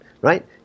right